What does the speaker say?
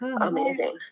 amazing